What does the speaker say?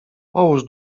połóż